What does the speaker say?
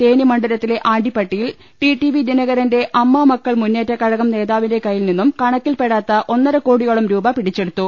തേനി മണ്ഡലത്തിലെ ആണ്ടിപ്പട്ടിയിൽ T T V ദിനകരന്റെ അമ്മ മക്കൾ മുന്നേറ്റ കഴകം നേതാവിന്റെ കയ്യിൽ നിന്നും കണക്കിൽപ്പെടാത്ത ഒന്നര കോടിയോളം രൂപ പിടിച്ചെടുത്തു